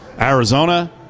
Arizona